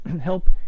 help